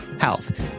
health